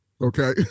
Okay